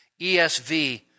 ESV